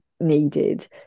needed